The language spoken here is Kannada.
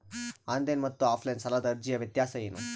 ಆನ್ಲೈನ್ ಮತ್ತು ಆಫ್ಲೈನ್ ಸಾಲದ ಅರ್ಜಿಯ ವ್ಯತ್ಯಾಸ ಏನು?